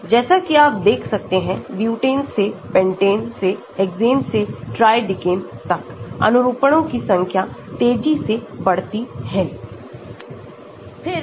जैसा कि आप देख सकते हैं ब्यूटेन से पेंटेन से हेक्सेन से tridecane तक अनुरूपण की संख्या तेजी से बढ़ती है